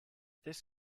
this